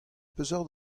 peseurt